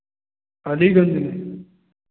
अलीगंज में